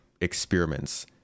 experiments